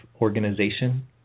organization